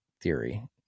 theory